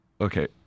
Okay